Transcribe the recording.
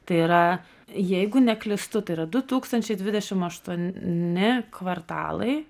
tai yra jeigu neklystu tai yra du tūkstančiai dvidešim aštuon ni kvartalai